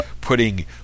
putting